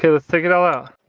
yeah let's take it out